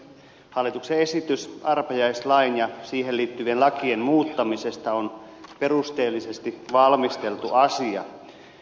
hallituksen esitys arpajaislain ja siihen liittyvien lakien muuttamisesta on perusteellisesti valmisteltu asia